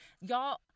Y'all